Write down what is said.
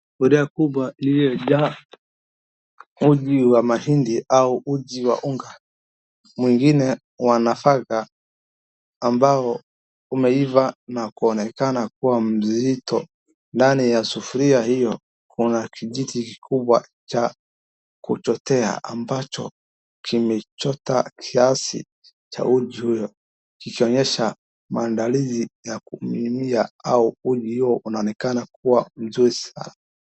Sufuria kubwa iliyojaa uji ya mahindi ama uji wa unga ingine wa nafaka ambao umeiva na kuonekana kuwa mzito. Ndani ya sufuria hiyo kuna kijiti kikubwa cha kuchotea ambacho kimechota kiasi cha uji hiyo kikionyesha maandalizi a kumimia au uji hiyo inaonekana kua mzuri sana.